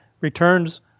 returns